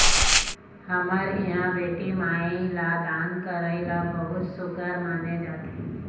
हमर इहाँ बेटी माई ल दान करई ल बहुत सुग्घर माने जाथे